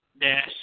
dash